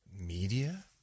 media